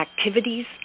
activities